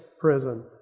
prison